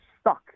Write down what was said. stuck